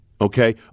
Okay